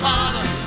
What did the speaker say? Father